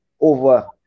over